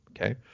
Okay